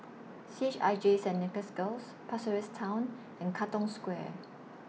C H I J Saint Nicholas Girls Pasir Ris Town and Katong Square